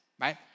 right